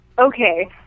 Okay